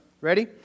Ready